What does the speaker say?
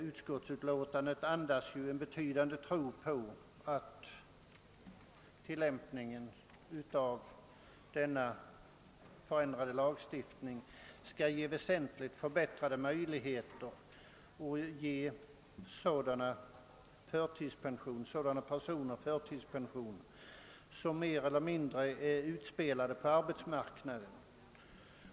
Utskottsutlåtandet andas ju en betydande tro på att tillämpningen av den ändrade lagstiftningen skall skapa väsentligt förbättrade möjligheter att ge förtidspension åt personer som är mer eller mindre utspelade på arbetsmarknaden.